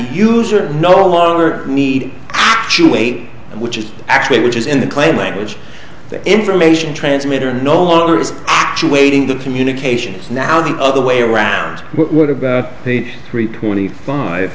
user no longer need to wait which is actually which is in the claim language the information transmitter no longer is actuating the communications now the other way around what about page three twenty five